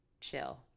chill